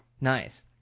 Nice